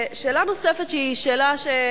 שאלה נוספת, שהיא שאלה שלי,